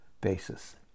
basis